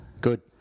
Good